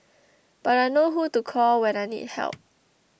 but I know who to call when I need help